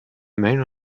main